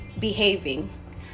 behaving